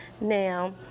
Now